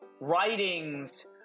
writings